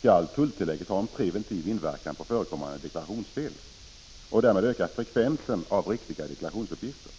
skall tulltillägget ha en preventiv inverkan på förekommande deklarationsfel och därmed öka frekvensen av riktiga deklarationsuppgifter.